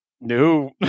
No